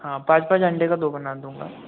हाँ पाँच पाँच अंडे का दो बना दूंगा